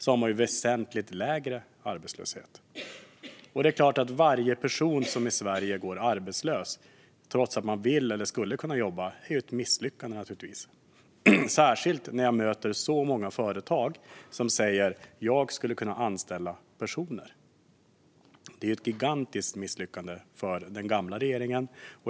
De har väsentligt lägre arbetslöshet. Det är klart att varje person i Sverige som går arbetslös trots att man vill eller skulle kunna jobba är ett misslyckande, särskilt med tanke på att jag möter många företagare som säger: Jag skulle kunna anställa personer. Det är ett gigantiskt misslyckande för den gamla regeringen.